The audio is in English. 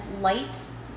lights